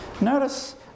Notice